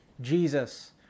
Jesus